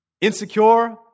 insecure